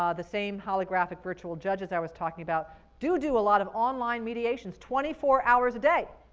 um the same holographic virtual judges i was talking about do do a lot of online mediations, twenty four hours a day!